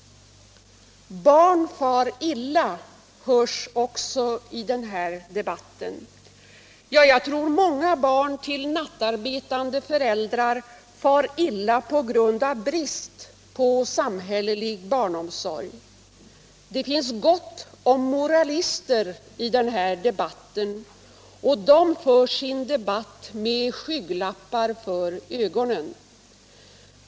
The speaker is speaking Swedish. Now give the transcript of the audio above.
Barn far illa, sägs det också i den här debatten. Ja, jag tror att många barn till nattarbetande föräldrar far illa på grund av brist på samhällelig barnomsorg. Det finns gott om moralister i det här sammanhanget, och de för sin diskussion med skygglappar för ögonen.